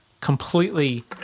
completely